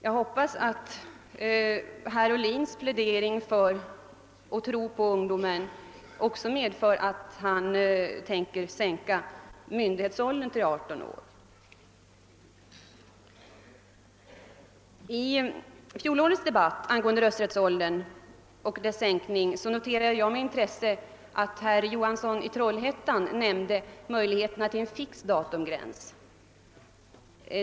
Jag hoppas att herr Ohlins plädering för och tro på ungdomen också skall medföra att han är villig att sänka myndighetsåldern till 18 år. I fjolårets debatt angående rösträttsåldern och dess sänkning noterade jag med intresse att herr Johansson i Trollhättan nämnde möjligheterna till en fixerad datumgräns.